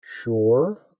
Sure